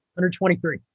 123